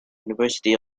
university